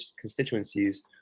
constituencies